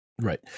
right